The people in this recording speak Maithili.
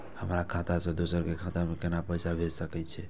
हमर खाता से दोसर के खाता में केना पैसा भेज सके छे?